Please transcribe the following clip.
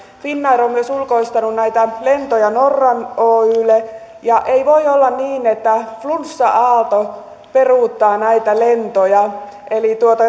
finnair on myös ulkoistanut näitä lentoja norra oylle ja ei voi olla niin että flunssa aalto peruuttaa näitä lentoja eli